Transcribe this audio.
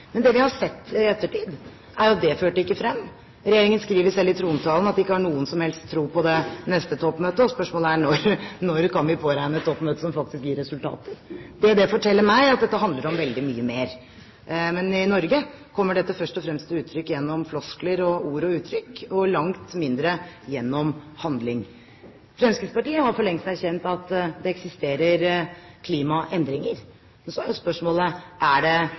Men det vi har sett i ettertid, er at det ikke førte frem. Regjeringen skriver selv i trontalen at den ikke har noen som helst tro på det neste toppmøtet, og spørsmålet er: Når kan vi påregne et toppmøte som faktisk gir resultater? Det det forteller meg, er at det handler om veldig mye mer. Men i Norge kommer dette først og fremst til uttrykk gjennom floskler, ord og uttrykk og langt mindre gjennom handling. Fremskrittspartiet har for lengst erkjent at det eksisterer klimaendringer. Så er spørsmålet: Er det